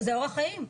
זה אורח חיים.